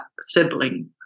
sibling